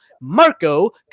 Marco